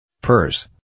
purse